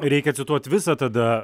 reikia cituot visą tada